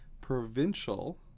provincial